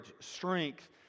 strength